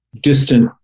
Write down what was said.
distant